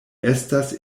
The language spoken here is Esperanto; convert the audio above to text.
estas